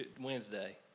Wednesday